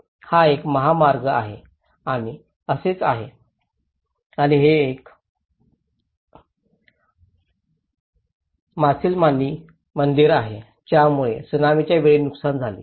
तर हा महामार्ग आहे आणि असेच आहे आणि हे एक मसिलाममणि मंदिर आहे ज्यामुळे त्सुनामीच्या वेळी नुकसान झाले